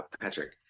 Patrick